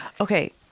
Okay